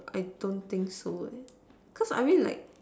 I don't think so leh cause I mean like